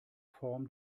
form